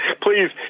please